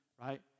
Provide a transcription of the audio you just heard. Right